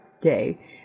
day